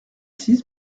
six